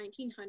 1900